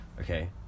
okay